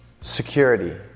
security